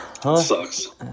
sucks